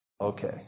Okay